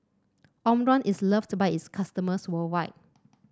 Omron is loved by its customers worldwide